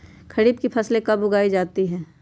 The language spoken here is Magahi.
खरीफ की फसल कब उगाई जाती है?